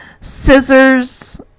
scissors